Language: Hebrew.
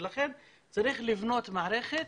ולכן צריך לבנות מערכת